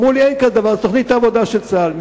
אמרו לי שאין כזה דבר, זאת תוכנית העבודה של צה"ל.